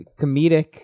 comedic